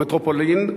כמטרופולין,